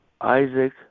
Isaac